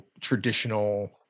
traditional